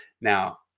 Now